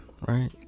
right